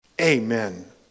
Amen